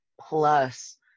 plus